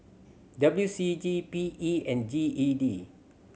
W C G P E and G E D